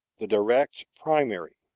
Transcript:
the direct primary.